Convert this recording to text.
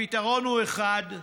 הפתרון הוא אחד: